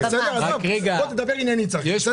בוא תדבר עניינית צחי.